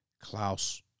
Klaus